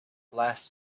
glass